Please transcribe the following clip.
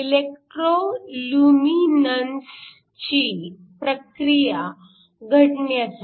electro लुमिनन्सची प्रक्रिया घडण्यासाठी